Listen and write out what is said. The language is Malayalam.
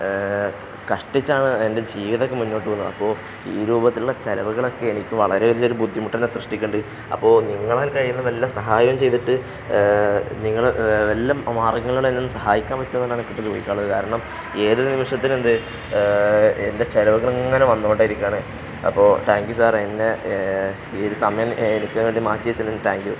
കഷ്ടിച്ചാണ് എൻ്റെ ജീവിതമൊക്കെ മുന്നോട്ട് പോകുന്നത് അപ്പോൾ ഈ രൂപത്തിലുള്ള ചിലവുകളൊക്കെ എനിക്ക് വളരെ വലിയൊരു ബുദ്ധിമുട്ട് തന്നെ സൃഷ്ടിക്കുന്നുണ്ട് അപ്പോൾ നിങ്ങളാൽ കഴിയുന്ന വല്ലതും സഹായം ചെയ്തിട്ട് നിങ്ങൾ വല്ലതും മാർഗ്ഗങ്ങൾ എന്നും സഹായിക്കാൻ പറ്റുന്നതാണ് എനിക്ക് ചോദിക്കാനുള്ളത് കാരണം ഏത് നിമിഷത്തിൽ എന്ത് എൻ്റെ ചിലവുകൾ എങ്ങനെ വന്നോണ്ടിരിക്കുകയാണ് അപ്പോൾ താങ്ക് യൂ സാർ എന്നെ ഈ സമയം എനിക്ക് വേണ്ടി മാറ്റി വച്ചതിന് താങ്ക് യൂ